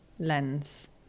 lens